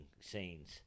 scenes